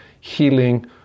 healing